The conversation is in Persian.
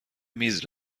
میز